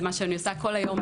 זה מה שאני עושה כל היום,